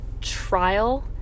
trial